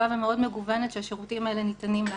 ומאוד מגוונת שהשירותים האלה ניתנים לה.